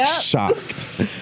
shocked